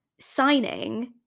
signing